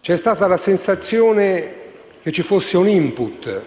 C'è stata la sensazione che ci fosse un *input*,